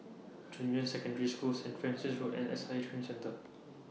Junyuan Secondary School Saint Francis Road and S I A Training Centre